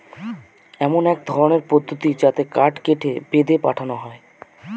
এমন এক ধরনের পদ্ধতি যাতে কাঠ কেটে, বেঁধে পাঠানো হয়